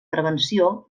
prevenció